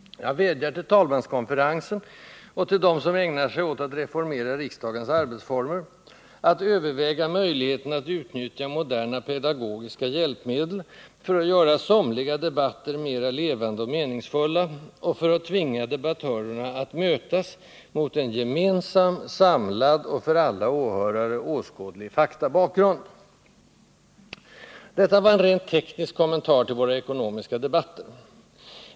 Jag vädjar till talmanskonferensen och till dem som ägnar sig åt att reformera riksdagens arbetsformer att överväga möjligheten att utnyttja moderna pedagogiska hjälpmedel för att göra somliga debatter mera levande och meningsfulla och för att tvinga debattörerna att mötas mot en gemensam, samlad och för alla åhörare åskådlig faktabakgrund. Detta var en rent teknisk kommentar till våra ekonomiska debatter.